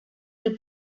del